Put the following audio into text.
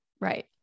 Right